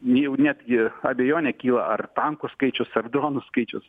jau netgi abejonė kyla ar tankų skaičius ar dronų skaičius